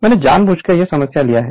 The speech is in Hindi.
मैंने जानबूझकर यह समस्या ली है